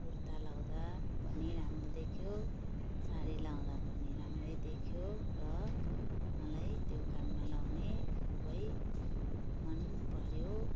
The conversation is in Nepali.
कुर्ता लाउँदा पनि राम्रो देखियो सारी लाउँदा पनि राम्रै देखियो र मलाई त्यो कानमा लाउने खुबै मनपर्यो